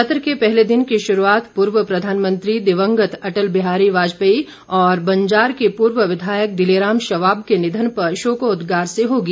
सत्र के पहले दिन की शुरूआत पूर्व प्रधानमंत्री दिवंगत अटल बिहारी वाजपेयी और बंजार के पूर्व विधायक दिले राम शवाब के निधन पर शोकोदगार से होगी